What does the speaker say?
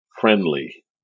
friendly